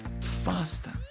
faster